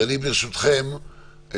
ברשותכם,